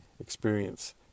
experience